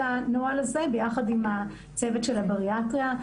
הנוהל הזה ביחד עם הצוות של הבריאטריה.